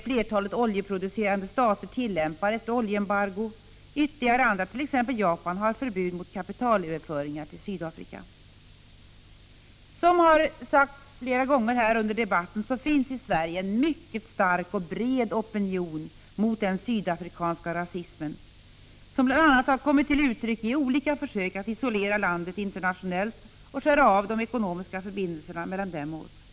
Flertalet oljeproducerande 27 stater tillämpar ett oljeembargo. Ytterligare några länder, t.ex. Japan, har infört förbud mot kapitalöverföringar till Sydafrika. Som man sagt flera gånger i den här debatten finns det i Sverige en mycket stark och bred opinion mot den sydafrikanska rasismen. Denna opinion har bl.a. kommit till uttryck i olika försök att isolera landet internationellt och att skära av de ekonomiska förbindelserna mellan Sydafrika och Sverige.